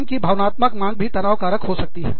काम की भावनात्मक मांग भी तनाव कारक हो सकती है